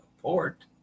Port